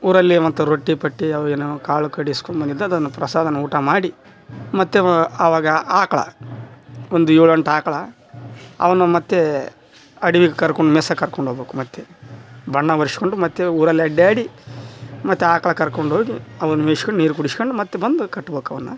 ಊರಲ್ಲಿ ಮತ್ತೆ ರೊಟ್ಟಿ ಪಟ್ಟಿ ಅವ್ವೆನೊ ಕಾಳು ಕಡ್ಡಿ ಇಸ್ಕೊಂಡು ಬಂದಿದ್ದೆ ಅದನ್ನು ಪ್ರಸಾದನ ಊಟ ಮಾಡಿ ಮತ್ತೆ ಆವಾಗ ಆಕ್ಳ ಒಂದು ಏಳೆಂಟು ಆಕ್ಳ ಅವನ್ನ ಮತ್ತೆ ಅಡ್ವಿಗೆ ಕರ್ಕೊಂಡು ಮೇಸಕ್ಕೆ ಕರ್ಕೊಂಡೋಗಬೇಕು ಮತ್ತೆ ಬಣ್ಣ ಬರ್ಶ್ಕೊಂಡು ಮತ್ತೆ ಊರೆಲ್ಲ ಅಡ್ಡಾಡಿ ಮತ್ತೆ ಆಕ್ಳ ಕರ್ಕೊಂಡೋಗಿ ಅವನ್ನ ಮೇಯ್ಶ್ಕಂಡು ನೀರು ಕುಡ್ಶ್ಕ್ಯಂಡು ಮತ್ತೆ ಬಂದು ಕಟ್ಬೇಕು ಅವನ್ನ